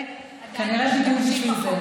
כנראה בדיוק בשביל זה.